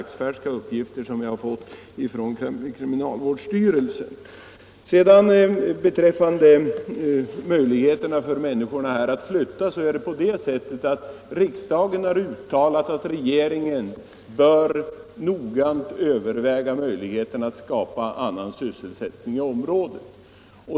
När statsrådet säger att människorna där uppe skulle kunna flytta vill jag påminna om att riksdagen ju har uttalat att regeringen bör noggrant överväga möjligheten att skapa annan sysselsättning i området.